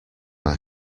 are